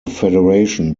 federation